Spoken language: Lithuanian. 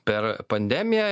per pandemiją